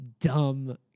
dumb